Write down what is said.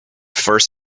first